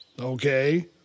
Okay